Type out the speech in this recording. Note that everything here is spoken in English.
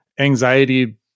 anxiety